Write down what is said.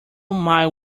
might